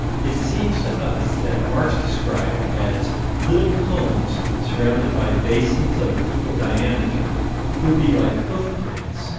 it seems to us that marks described as little cones surrounded by basins of equal diameter would be like hoof prints,